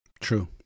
True